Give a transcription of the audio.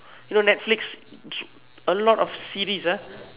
you know netflix a lot of series ah